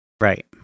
Right